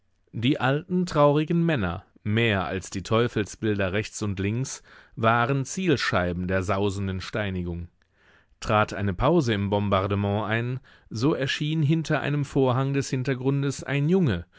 die alten traurigen männer mehr als die teufelsbilder rechts und links waren zielscheiben der sausenden steinigung trat eine pause im bombardement ein so erschien hinter einem vorhang des hintergrundes ein junge